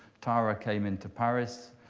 tara came into paris.